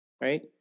Right